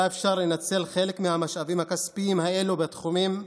היה אפשר לנצל חלק מהמשאבים הכספיים האלה בתחומים אחרים,